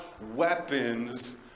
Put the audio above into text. weapons